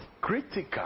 critical